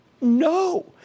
No